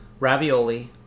Ravioli